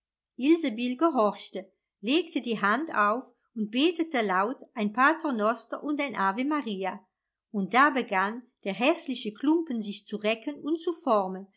gehorchte legte die hand auf und betete laut ein paternoster und ein ave maria und da begann der häßliche klumpen sich zu recken und zu